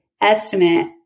estimate